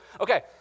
Okay